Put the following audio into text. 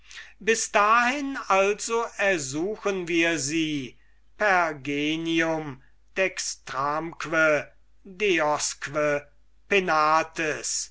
bis dahin also ersuchen wir sie per